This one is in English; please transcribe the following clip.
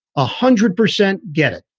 ah hundred percent get it.